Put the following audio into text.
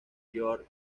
george